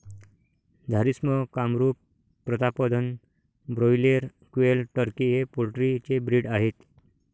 Jharsim, Kamrup, Pratapdhan, broiler, quail, turkey हे poultry चे breed आहेत